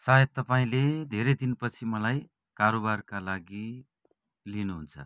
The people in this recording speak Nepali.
सायद तपाईँँले धेरै दिनपछि मलाई कारोबारका लागि लिनुहुन्छ